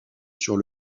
sur